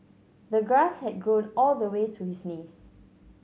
the grass had grown all the way to his knees